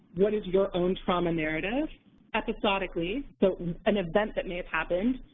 what is your own trauma narrative episodically so an event that may have happened,